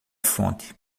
fonte